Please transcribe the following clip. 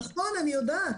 נכון, אני יודעת.